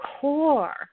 core